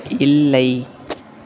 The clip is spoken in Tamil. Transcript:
இல்லை